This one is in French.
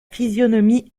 physionomie